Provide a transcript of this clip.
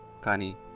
kani